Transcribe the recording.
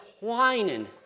whining